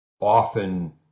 often